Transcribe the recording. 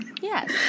Yes